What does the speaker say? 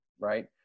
right